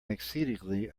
exceedingly